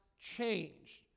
changed